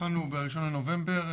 התחלנו ב-1 בנובמבר.